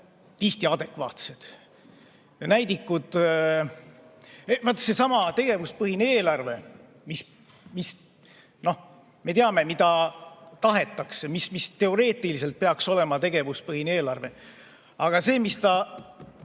tihti adekvaatsed. Näidikud ... Vaat seesama tegevuspõhine eelarve, mis – noh, me teame, mida tahetakse – teoreetiliselt peaks olema tegevuspõhine eelarve. Aga see, mis ta